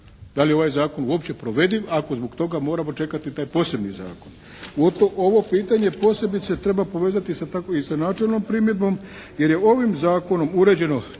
Da li je ovaj Zakon uopće provediv ako zbog toga moramo čekati taj posebni zakon? Ovo pitanje posebice treba povezati i sa načelnom primjedbom jer je ovim Zakonom uređeno